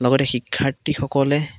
লগতে শিক্ষাৰ্থীসকলে